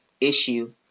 issue